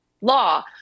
law